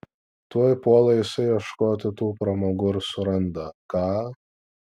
tuoj puola jisai ieškoti tų pramogų ir suranda ką